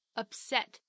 upset